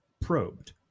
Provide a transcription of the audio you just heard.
probed